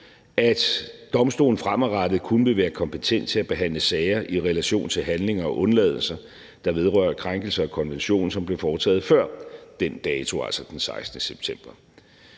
at domstolen fremadrettet kun vil være kompetent til at behandle sager i relation til handlinger og undladelser, der vedrører krænkelser af konventionen, som blev foretaget før den dato, altså den 16. september.